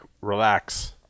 Relax